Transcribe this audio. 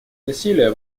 насилия